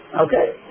Okay